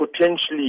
potentially